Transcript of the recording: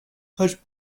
has